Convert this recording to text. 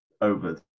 over